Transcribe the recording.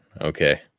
Okay